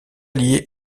liée